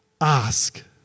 ask